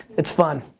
it's fun.